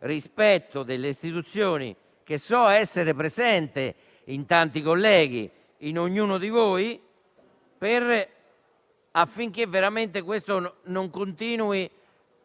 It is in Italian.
rispetto delle istituzioni che so essere presente in tanti colleghi, in ognuno di voi, affinché veramente tutto ciò non si